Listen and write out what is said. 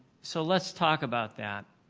so let's talk about that.